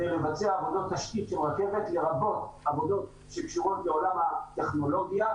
לבצע עבודות תשתית של רכבת לרבות עבודות שקשורות לעולם הטכנולוגיה,